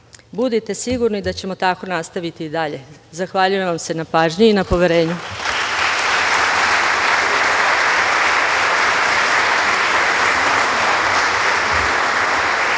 Srbiji. Budite sigurni da ćemo tako nastaviti i dalje. Zahvaljujem vam se na pažnji i poverenju.